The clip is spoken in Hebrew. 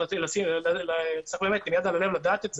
צריך לדעת את זה.